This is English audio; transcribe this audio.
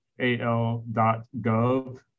AL.gov